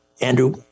Andrew